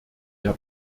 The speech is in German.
der